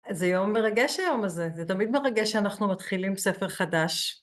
איזה יום מרגש היום הזה, זה תמיד מרגש שאנחנו מתחילים ספר חדש.